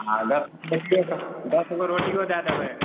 हँ दश गो दश गो रोटियो दै देबै